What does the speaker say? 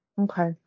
Okay